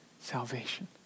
salvation